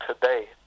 today